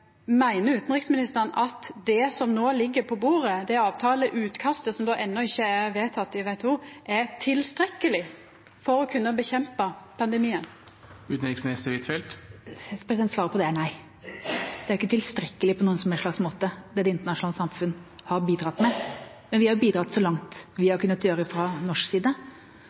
Meiner utanriksministeren at det som nå ligg på bordet, det avtaleutkastet som enno ikkje er vedteke i WTO, er tilstrekkeleg for å kunna kjempa ned pandemien? Svaret på det er nei. Det som det internasjonale samfunnet har bidratt med, er ikke tilstrekkelig på noen som helst slags måte, men vi har bidratt så langt vi har kunnet fra norsk side. Norge har bidratt med finansiering i utstrakt grad, og vi har